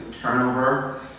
turnover